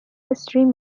استریم